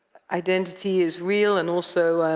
identity is real and also